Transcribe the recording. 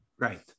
Right